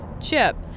chip